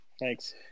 Thanks